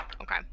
Okay